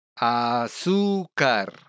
azúcar